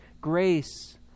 grace